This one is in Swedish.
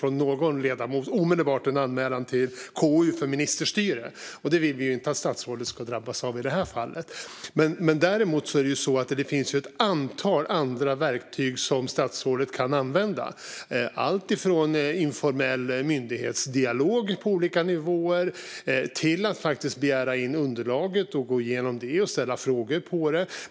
Då kommer säkert omedelbart en anmälan till KU från någon ledamot om ministerstyre. Det vill vi ju inte att statsrådet ska drabbas av i detta fall. Däremot finns ett antal andra verktyg som statsrådet kan använda. Det gäller alltifrån informell myndighetsdialog på olika nivåer till att begära in underlaget, gå igenom det och ställa frågor om det.